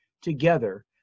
together